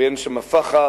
ואין שם פח"ע,